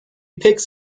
picks